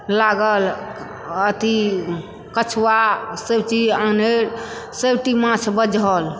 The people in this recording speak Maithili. लागल अथी कछुआसभ चीज आनरि सभठी माछ बझल